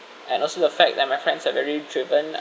and also the fact that my friends are very driven